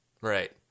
Right